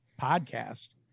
podcast